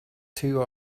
two